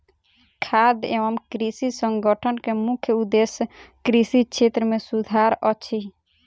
खाद्य एवं कृषि संगठन के मुख्य उदेश्य कृषि क्षेत्र मे सुधार अछि